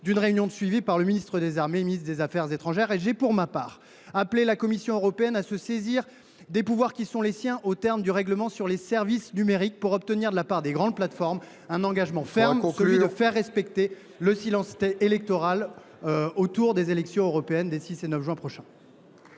d’une réunion de suivi par les ministres des armées et des affaires étrangères. Pour ma part, j’ai appelé la Commission européenne à se saisir des pouvoirs qui sont les siens aux termes du règlement sur les services numériques pour obtenir de la part des grandes plateformes un engagement ferme,… Il faut conclure !… celui de faire respecter le silence électoral lors des élections européennes des 6 et 9 juin prochains.